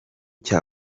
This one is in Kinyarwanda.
cya